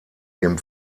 dem